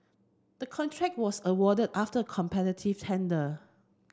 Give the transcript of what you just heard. the contract was awarded after a competitive tender